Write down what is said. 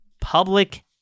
Public